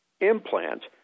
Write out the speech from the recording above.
implant